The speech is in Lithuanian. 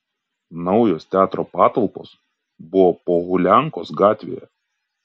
naujos teatro patalpos buvo pohuliankos gatvėje